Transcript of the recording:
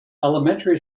elementary